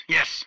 Yes